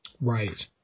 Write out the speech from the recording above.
Right